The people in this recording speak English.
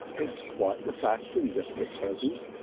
it's quite the fashion just at present.